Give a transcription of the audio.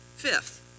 Fifth